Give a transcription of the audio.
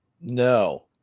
No